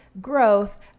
growth